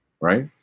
right